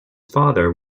father